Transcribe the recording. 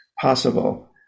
possible